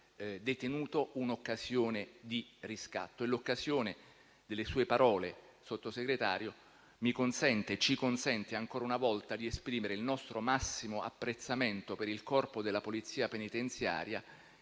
detenuto un'occasione di riscatto. L'occasione delle sue parole, signor Sottosegretario, ci consente ancora una volta di esprimere il nostro massimo apprezzamento per il Corpo della polizia penitenziaria